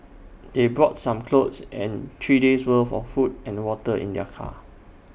they brought some clothes and three days' worth of food and water in their car